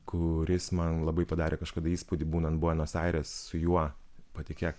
kuris man labai padarė kažkada įspūdį būnant buenos aires su juo patikėk